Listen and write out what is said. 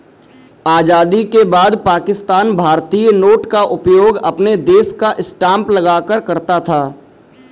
आजादी के बाद पाकिस्तान भारतीय नोट का उपयोग अपने देश का स्टांप लगाकर करता था